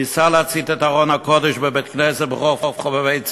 הוא ניסה להצית את ארון הקודש בבית-הכנסת ברחוב חובבי-ציון,